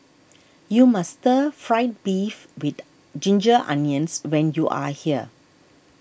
you must Stir Fried Beef with Ginger Onions when you are here